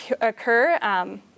occur